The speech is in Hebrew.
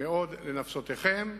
מאוד לנפשותיכם.